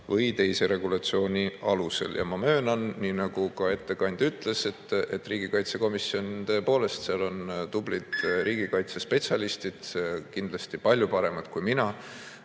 või teise regulatsiooni alusel. Ma möönan, nii nagu ka ettekandja ütles, et riigikaitsekomisjonis tõepoolest on tublid riigikaitsespetsialistid – kindlasti palju paremad kui mina